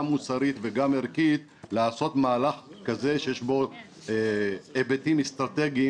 מוסרית וגם ערכית לעשות מהלך כזה שיש בו היבטים אסטרטגיים